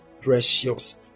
precious